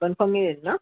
confirm मिळेल ना